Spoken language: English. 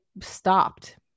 stopped